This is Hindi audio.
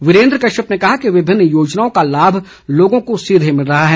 वीरेंद्र कश्यप ने कहा कि विभिन्न योजनाओं का लाभ लोगों को सीधे मिल रहा है